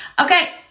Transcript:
Okay